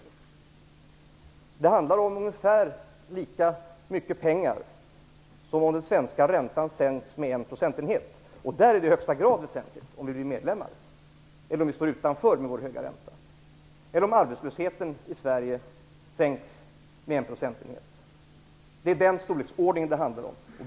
Det hela handlar om ungefär lika mycket pengar som om den svenska räntenivån sänks med 1 procentenhet. Det är i högsta grad väsentligt om Sverige blir medlem eller om Sverige skall stå utanför med sin höga ränta. Vidare kan det jämföras med att arbetslösheten i Sverige sänks med 1 procentenhet. Det är den storleksordningen det är fråga om.